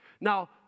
Now